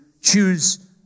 choose